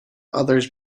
others